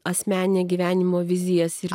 asmeninę gyvenimo vizijas ir